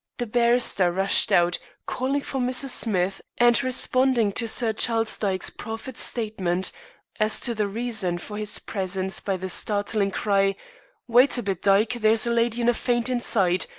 the barrister rushed out, calling for mrs. smith, and responding to sir charles dyke's proffered statement as to the reason for his presence by the startling cry wait a bit, dyke. there's a lady in a faint inside.